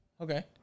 Okay